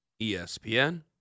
ESPN